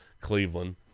Cleveland